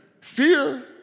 Fear